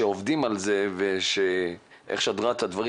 שעובדים על זה ואיך --- הדברים,